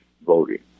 voting